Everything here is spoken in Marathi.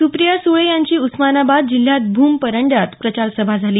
सुप्रिया सुळे यांची उस्मानबाद जिल्ह्यात भूम परंड्यात प्रचार सभा झाली